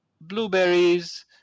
blueberries